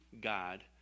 God